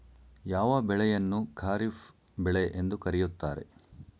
ಯಾವ ಬೆಳೆಯನ್ನು ಖಾರಿಫ್ ಬೆಳೆ ಎಂದು ಕರೆಯುತ್ತಾರೆ?